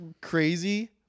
crazy